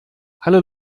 hallo